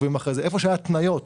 איפה שהיו התניות,